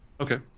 Okay